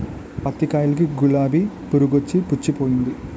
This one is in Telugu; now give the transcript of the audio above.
పత్తి కాయలకి గులాబి పురుగొచ్చి పుచ్చిపోయింది